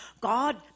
God